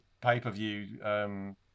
pay-per-view